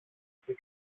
και